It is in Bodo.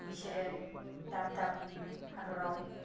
बिसोरो दाब दाब हादराव